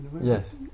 Yes